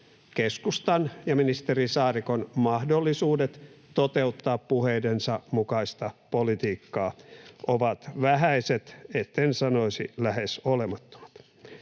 keskustan ja ministeri Saarikon mahdollisuudet toteuttaa puheidensa mukaista politiikkaa ovat vähäiset, etten sanoisi lähes olemattomat.